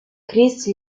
chris